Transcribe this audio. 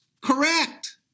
correct